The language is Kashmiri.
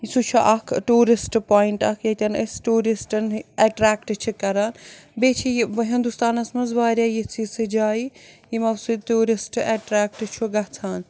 سُہ چھُ اَکھ ٹوٗرِسٹ پوینٛٹ اَکھ ییٚتٮ۪ن أسۍ ٹوٗرِسٹَن اٮ۪ٹرٛیکٹ چھِ کران بیٚیہِ چھِ یہِ ہِنٛدُستانَس منٛز واریاہ یِژھٕ یِژھٕ جایہِ یِمو سۭتۍ ٹوٗرِسٹ اٮ۪ٹرٛیکٹ چھُ گژھان